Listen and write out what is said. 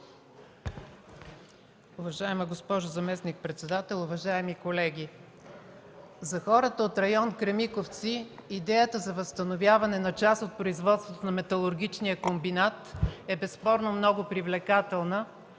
Уважаема госпожо заместник-председател, уважаеми колеги! За хората от район „Кремиковци” идеята за възстановяване на част от производството на металургичния комбинат е безспорно много привлекателна,